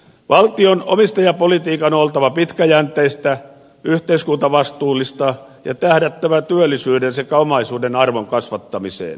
valtion omistajapolitiikan on oltava pitkäjänteistä yhteiskuntavastuullista ja tähdättävä työllisyyden sekä omaisuuden arvon kasvattamiseen